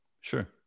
Sure